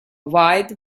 wide